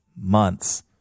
months